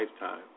lifetime